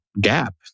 gap